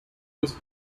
was